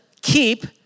keep